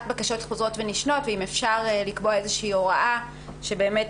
בקשות חוזרות ונשנות ואם אפשר לקבוע איזושהי הוראה שבאמת